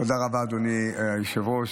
תודה רבה, אדוני היושב-ראש.